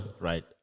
Right